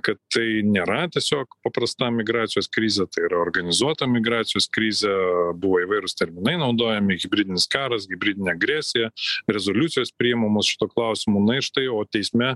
kad tai nėra tiesiog paprasta migracijos krizė tai yra organizuota migracijos krizė buvo įvairūs terminai naudojami hibridinis karas hibridinė agresija rezoliucijos priimamos šituo klausimu na ir štai o teisme